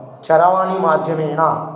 चरवाणीमाध्यमेन